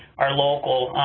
our local